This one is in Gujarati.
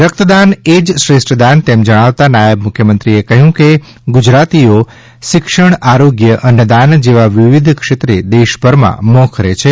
રક્તદાન એ જ શ્રેષ્ઠ દાન તેમ જણાવતાં નાયબ મુખ્યમંત્રીએ કહ્યું કે ગુજરાતીઓ શિક્ષણ આરોગ્યઅન્નદાન જેવા વિવિધ ક્ષેત્રે દેશભરમાં મોખરે છે